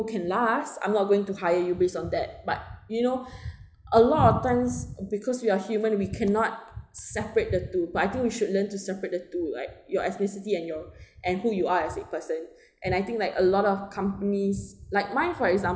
who can last I'm not going to hire you based on that but you know a lot of the times because we are human we cannot separate the two but I think we should learn to separate the two like your ethnicity and you and who you are as a person and I think like a lot of companies like mine for exam~